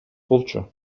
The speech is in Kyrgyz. болчу